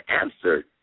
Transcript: answer